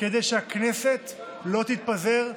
כדי שהכנסת לא תתפזר,